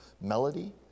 melody